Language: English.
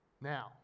Now